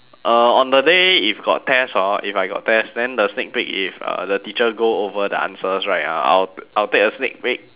uh on the day if got test hor if I got test then the sneak peek if uh the teacher go over the answers right ah I'll I'll take a sneak peek